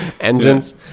engines